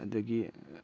ꯑꯗꯒꯤ